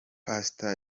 pastor